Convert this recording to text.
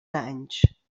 danys